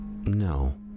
No